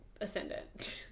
ascendant